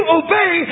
obey